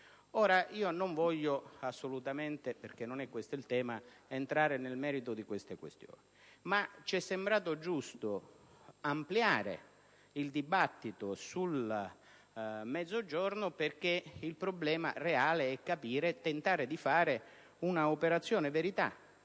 Paese. Non voglio assolutamente - perché non è questo il tema - entrare nel merito di tali questioni, ma c'è sembrato giusto ampliare il dibattito sul Mezzogiorno perché il problema reale è tentare di fare un'operazione verità